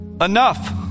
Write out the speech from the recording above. Enough